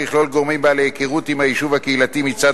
שיכלול גורמים בעלי היכרות עם היישוב הקהילתי מצד